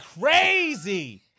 crazy